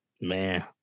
man